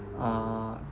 uh